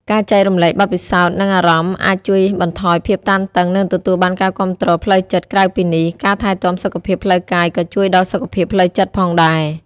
ការចែករំលែកបទពិសោធន៍និងអារម្មណ៍អាចជួយបន្ថយភាពតានតឹង និងទទួលបានការគាំទ្រផ្លូវចិត្ត ក្រៅពីនេះ ការថែទាំសុខភាពផ្លូវកាយក៏ជួយដល់សុខភាពផ្លូវចិត្តផងដែរ។